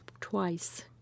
twice